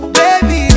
baby